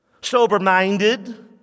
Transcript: sober-minded